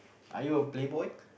are you a playboy